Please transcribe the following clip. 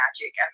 magic